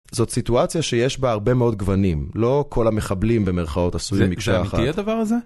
זאת סיטואציה שיש בה הרבה מאוד גוונים, לא כל המחבלים, במרכאות, עשויים מקשה אחת. -זה אמיתי הדבר הזה?